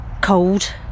cold